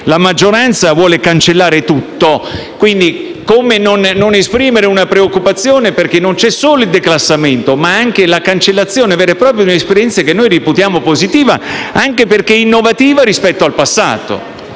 la maggioranza vuole cancellare tutto. Come non esprimere allora preoccupazione, dal momento che non c'è solo il declassamento, ma anche la cancellazione vera e propria di un'esperienza che noi reputiamo positiva, anche perché innovativa rispetto al passato?